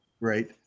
Right